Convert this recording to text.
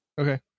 Okay